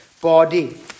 body